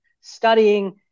studying